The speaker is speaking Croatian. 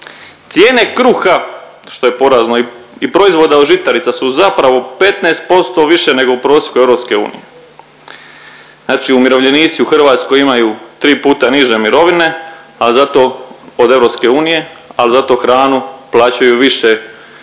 je porazno i proizvoda od žitarica su zapravo 15% više nego u prosjeku EU, znači umirovljenici u Hrvatskoj imaju tri puta niže mirovine, a zato od EU, al zato hranu plaćaju više nego